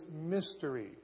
mystery